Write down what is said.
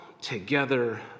together